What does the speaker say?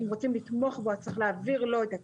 אם רוצים לתמוך בו צריך להעביר אליו את הכסף.